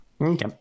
Okay